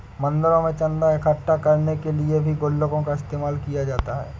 मंदिरों में चन्दा इकट्ठा करने के लिए भी गुल्लकों का इस्तेमाल किया जाता है